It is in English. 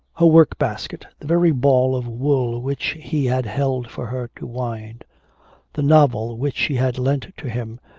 her work-basket the very ball of wool which he had held for her to wind the novel which she had lent to him,